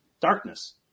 darkness